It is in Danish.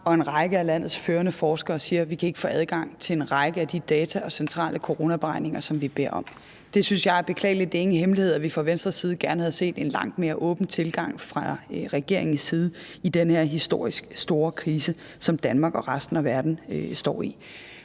og en række af landets førende forskere, siger, at de ikke kan få adgang til en række af de data og centrale coronaberegninger, som de beder om. Det synes jeg er beklageligt. Det er ingen hemmelighed, at vi fra Venstres side gerne havde set en langt mere åben tilgang fra regeringens side i den her historisk store krise, som Danmark og resten af verden står i.